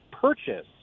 purchase